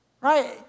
Right